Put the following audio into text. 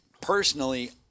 personally